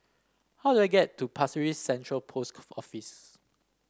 how do I get to Pasir Ris Central Post Office